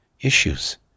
issues